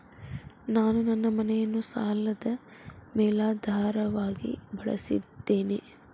ನಾನು ನನ್ನ ಮನೆಯನ್ನು ಸಾಲದ ಮೇಲಾಧಾರವಾಗಿ ಬಳಸಿದ್ದೇನೆ